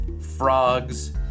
frogs